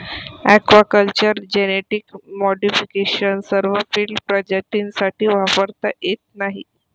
aquaculture genetic modification सर्व field प्रजातींसाठी वापरता येत नाही